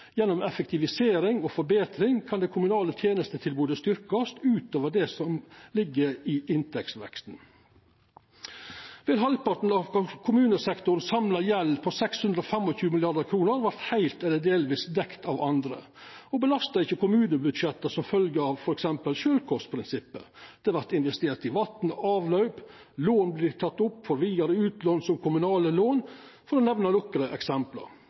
Gjennom effektivisering og forbetring kan det kommunale tenestetilbodet styrkjast utover det som ligg i inntektsveksten. Vel halvparten av den samla gjelda til kommunesektoren på 625 mrd. kr vart heilt eller delvis dekt av andre og belastar ikkje kommunebudsjetta som følgje av f.eks. sjølvkostprinsippet. Det vert investert i vatn og avlaup, lån vert tekne opp for vidare utlån som kommunale lån – for å nemna nokre eksempel.